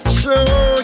show